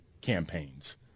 campaigns